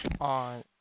on